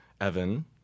Evan